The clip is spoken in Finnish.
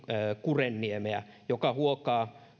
kurenniemeä joka huokaa